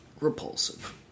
repulsive